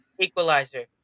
Equalizer